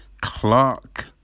Clark